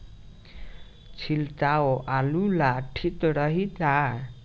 छिड़काव आलू ला ठीक रही का?